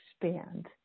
expand